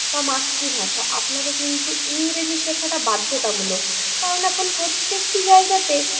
বা মাতৃভাষা আপনাকে কিন্তু ইংরেজি শেখাটা বাধ্যতামূলক কারণ এখন প্রত্যেকটি জায়গাতে